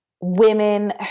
women